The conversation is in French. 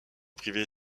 privée